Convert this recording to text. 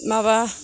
माबा